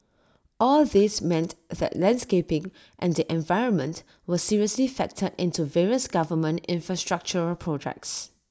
all these meant that landscaping and the environment were seriously factored into various government infrastructural projects